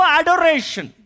adoration